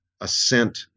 assent